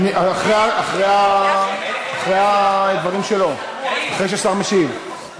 אחרי הדברים שלו, אחרי שהשר משיב.